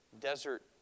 desert